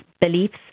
beliefs